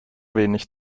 wenig